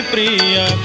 Priya